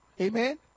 Amen